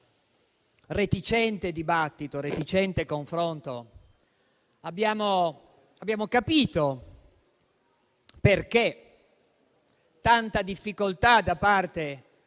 reticente dibattito e confronto abbiamo capito perché tanta difficoltà da parte